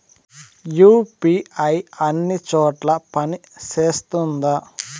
UPI అన్ని చోట్ల పని సేస్తుందా?